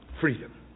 Freedom